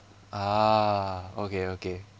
ah okay okay